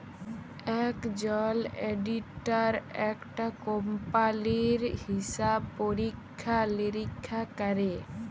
একজল অডিটার একটা কম্পালির হিসাব পরীক্ষা লিরীক্ষা ক্যরে